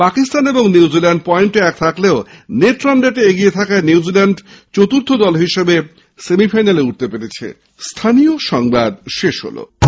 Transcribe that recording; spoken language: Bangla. পাকিস্তান ও নিউজিল্যান্ডের পয়েন্ট এক থাকলেও নেট রান রেটে এগিয়ে থাকায় নিউজিল্যান্ড চতুর্থ দল হিসেবে সেমিফাইনালে উঠলো